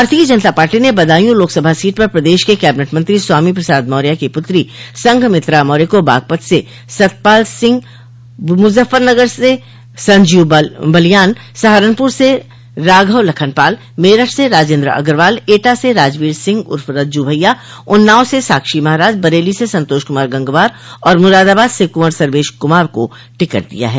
भारतीय जनता पार्टी ने बदायूॅ लोकसभा सीट पर प्रदेश के कैबिनेट मंत्री स्वामी प्रसाद मौर्या की पुत्री संघमित्रा मौर्य को बागपत से सतपाल सिंह मुजफ्फरनगर से संजीव बलियान सहारनपुर से राघव लखन पाल को टिकट दिया है वहीं पार्टी ने मेरठ से राजेन्द्र अग्रवाल एटा से राजवीर सिंह उर्फ रज्जू भैया उन्नाव से साक्षी महराज बरेली से संतोष कुमार गंगवार और मुरादाबाद से कुँवर सर्वेश कुमार को उम्मीदवार बनाया है